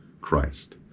Christ